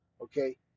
okay